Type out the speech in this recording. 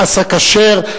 לאסא כשר,